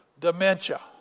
dementia